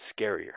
scarier